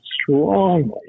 strongly